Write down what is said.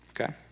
Okay